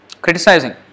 criticizing